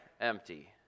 empty